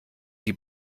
die